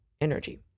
energy